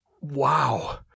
wow